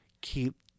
keep